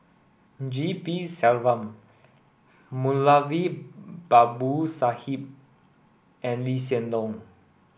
G P Selvam Moulavi Babu Sahib and Lee Hsien Loong